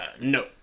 no